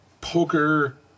Poker